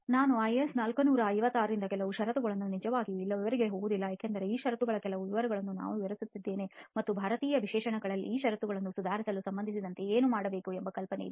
ನಾನು ಐಎಸ್ 456 ರಿಂದ ಕೆಲವು ಷರತ್ತುಗಳನ್ನು ನಿಜವಾಗಿಯೂ ಇಲ್ಲಿ ವಿವರಗಳಿಗೆ ಹೋಗುವುದಿಲ್ಲ ಆದರೆ ಈ ಷರತ್ತುಗಳ ಕೆಲವು ವಿವರಗಳನ್ನು ನಾವು ವಿವರಿಸಿದ್ದೇವೆ ಮತ್ತು ಭಾರತೀಯ ವಿಶೇಷಣಗಳಲ್ಲಿ ಈ ಷರತ್ತುಗಳನ್ನು ಸುಧಾರಿಸಲು ಸಂಬಂಧಿಸಿದಂತೆ ಏನು ಬೇಕು ಎಂಬ ಕಲ್ಪನೆ ಇದೆ